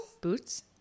Boots